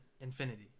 infinity